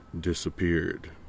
disappeared